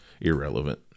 irrelevant